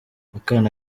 akana